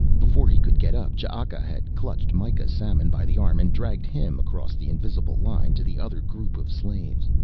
before he could get up ch'aka had clutched mikah samon by the arm and dragged him across the invisible line to the other group of slaves.